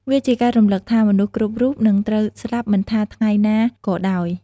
វាជាការរំលឹកថា មនុស្សគ្រប់រូបនឹងត្រូវស្លាប់មិនថាថ្ងៃណាក៏ដោយ។